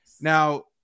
Now